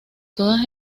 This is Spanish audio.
todas